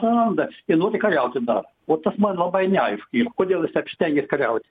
praranda i nori kariauti dar o man labai neaišku yr kodėl jis taip stengias kariaut